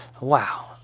Wow